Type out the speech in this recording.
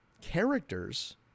characters